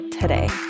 today